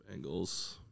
Bengals